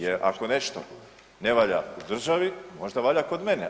Jer ako nešto ne valja u državi, možda valja kod mene?